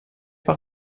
par